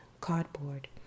cardboard